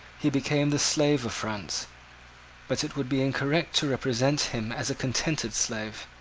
he became the slave of france but it would be incorrect to represent him as a contented slave.